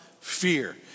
fear